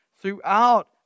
Throughout